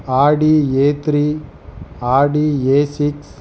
Audi a three Audi a six